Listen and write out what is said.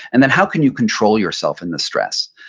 and then how can you control yourself in the stress?